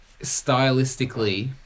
stylistically